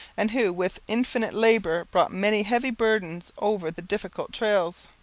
and who with infinite labour brought many heavy burdens over the difficult trails.